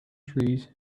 trees